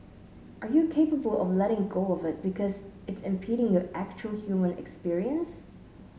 are you capable of letting go of it because it's impeding your actual human experience